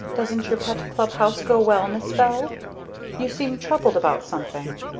doesn't your pet club house go well, miss bell you seem troubled about something.